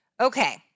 Okay